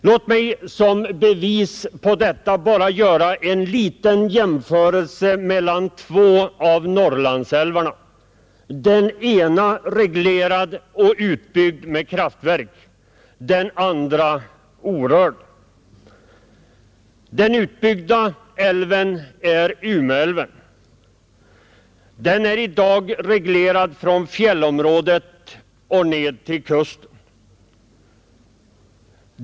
Låt mig som bevis på detta bara göra en liten jämförelse mellan två av Norrlandsälvarna, den ena reglerad och utbyggd med kraftverk, den andra orörd. Den utbyggda är Umeälven. Den är i dag reglerad från fjällområdet och ned till kusten.